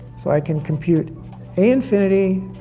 so i can compute a infinity,